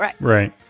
Right